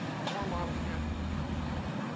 the bohr model can't account for that.